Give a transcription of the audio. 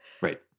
Right